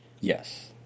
Yes